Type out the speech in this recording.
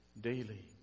daily